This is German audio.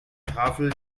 tafel